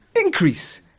increase